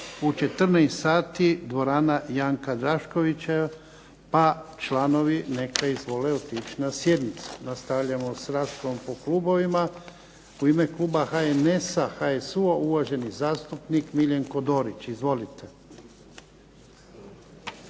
sati, dvorana Janka Draškovića, pa članovi neka izvole otići na sjednicu. Nastavljamo sa raspravom po klubovima. U ime kluba HHS-a, HSU-a uvaženi zastupnik Miljenko Dorić. Izvolite.